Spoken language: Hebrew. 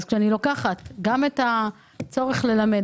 כאשר אני לוקחת גם את הצורך ללמד